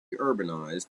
urbanized